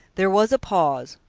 there was a pause,